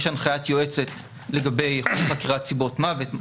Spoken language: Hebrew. יש הנחיית יועצת לגבי חקירת סיבות מוות,